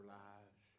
lives